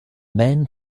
men